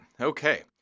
Okay